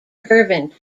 curving